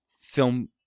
film